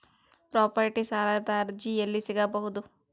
Property ಸಾಲದ ಅರ್ಜಿ ಎಲ್ಲಿ ಸಿಗಬಹುದು?